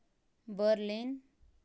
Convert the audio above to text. Berlin